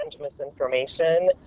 misinformation